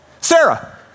Sarah